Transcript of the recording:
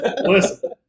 Listen